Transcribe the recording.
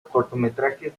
cortometrajes